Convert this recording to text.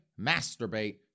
masturbate